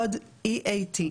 קוד EAT,